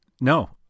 No